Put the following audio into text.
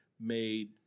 made